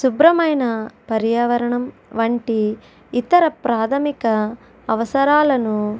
శుభ్రమైన పర్యావరణం వంటి ఇతర ప్రాథమిక అవసరాలను